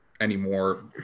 anymore